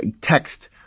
text